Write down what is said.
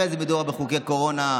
הרי מדובר בחוקי קורונה,